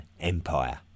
Empire